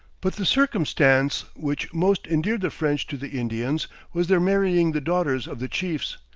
but the circumstance which most endeared the french to the indians was their marrying the daughters of the chiefs,